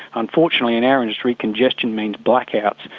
unfortunately in our industry, congestion means blackouts,